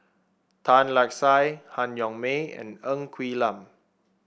Tan Lark Sye Han Yong May and Ng Quee Lam